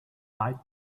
light